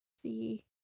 See